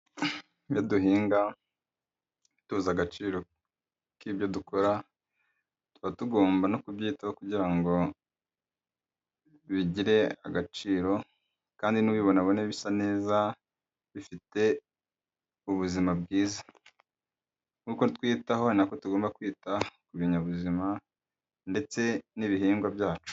Ibyo duhinga tuzi agaciro k'ibyo dukora tuba tugomba no kubyitaho kugira ngo bigire agaciro kandi nubibona abona bisa neza bifite ubuzima bwiza. Nkuko twiyitaho ni nako tugomba kwita ku binyabuzima ndetse n'ibihingwa byacu.